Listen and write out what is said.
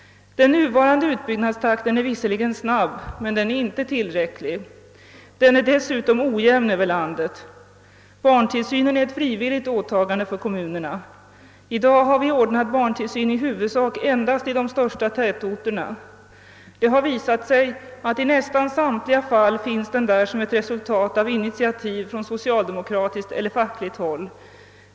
Den nuvarande utbyggnadstakten är visserligen snabb men inte tillräcklig. Den är dessutom ojämn över hela landet. Barntillsynen är ett frivilligt åtagande av kommunerna. I dag har vi ordnad barntillsyn i huvudsak endast i de största tätorterna. Det har visat sig att i nästan samtliga fall finns den där som ett resultat av ett initiativ från socialdemokratiskt eller fackligt håll.